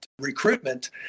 recruitment